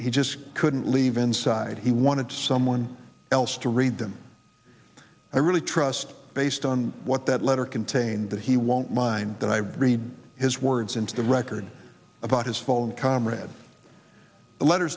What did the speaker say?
he just couldn't leave inside he wanted someone else to read them i really trust based on what that letter contained that he won't mind that i read his words into the record about his phone comrade the let